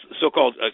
so-called